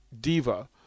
diva